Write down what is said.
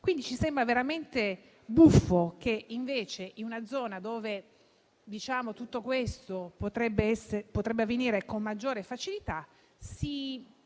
Quindi, ci sembra veramente buffo che, invece che tornare in una zona dove tutto questo potrebbe avvenire con maggiore facilità, si